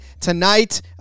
tonight